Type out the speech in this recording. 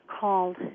called